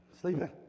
sleeping